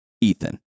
Ethan